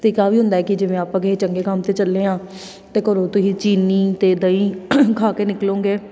ਅਤੇ ਇੱਕ ਆਹ ਵੀ ਹੁੰਦਾ ਕਿ ਜਿਵੇਂ ਆਪਾਂ ਕਿਸੇ ਚੰਗੇ ਕੰਮ 'ਤੇ ਚੱਲੇ ਹਾਂ ਅਤੇ ਘਰੋਂ ਤੁਸੀਂ ਚੀਨੀ ਅਤੇ ਦਹੀਂ ਖਾ ਕੇ ਨਿਕਲੋਂਗੇ